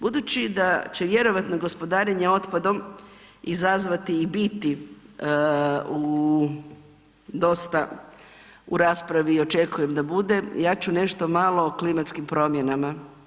Budući da će vjerojatno gospodarenje otpadom izazvati i biti u dosta u raspravi, očekujem da bude, ja ću nešto malo o klimatskim promjenama.